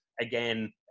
again